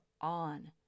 on